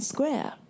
Square